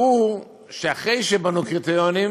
ברור שאחרי שבנו קריטריונים